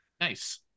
Nice